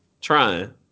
Trying